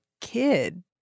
kid